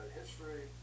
history